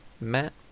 Matt